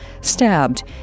stabbed